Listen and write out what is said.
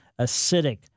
acidic